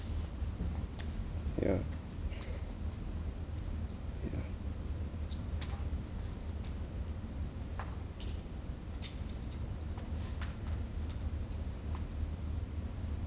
yeah